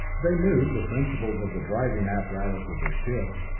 they knew the principles of the driving apparatus of their ships,